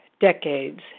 decades